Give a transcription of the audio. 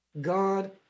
god